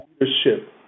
leadership